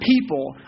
people